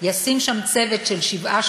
ישים שם צוות של שבעה,